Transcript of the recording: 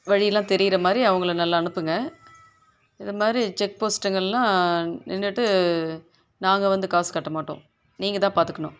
வழியெலாம் தெரிகிற மாதிரி அவங்களை நல்லா அனுப்புங்க இது மாதிரி செக் போஸ்ட்டுங்கள்லாம் நின்றுட்டு நாங்கள் வந்து காசு கட்ட மாட்டோம் நீங்கள் தான் பார்த்துக்கணும்